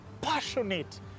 passionate